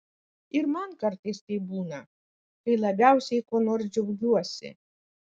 ir man kartais taip būna kai labiausiai kuo nors džiaugiuosi